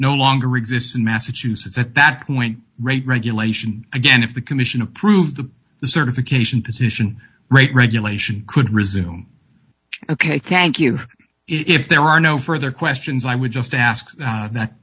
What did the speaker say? no longer exists in massachusetts at that point regulation again if the commission approved the certification position rate regulation could resume ok thank you if there are no further questions i would just ask that